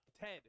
Ted